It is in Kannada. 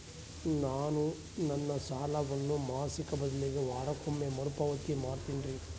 ನಾನು ನನ್ನ ಸಾಲವನ್ನು ಮಾಸಿಕ ಬದಲಿಗೆ ವಾರಕ್ಕೊಮ್ಮೆ ಮರುಪಾವತಿ ಮಾಡ್ತಿನ್ರಿ